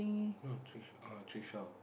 no three oh tree shore